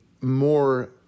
more